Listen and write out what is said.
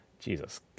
Jesus